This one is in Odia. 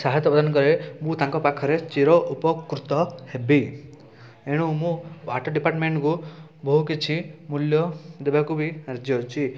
ସାହାୟତ ପ୍ରଦାନ କରିବେ ମୁଁ ତାଙ୍କ ପାଖରେ ଚିର ଉପକୃତ ହେବି ଏଣୁ ମୁଁ ୱାଟର୍ ଡିପାର୍ଟମେଣ୍ଟ୍କୁ ବହୁ କିଛି ମୂଲ୍ୟ ଦେବାକୁ ବି ରାଜି ଅଛି